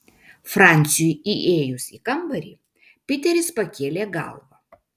franciui įėjus į kambarį piteris pakėlė galvą